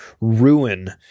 ruin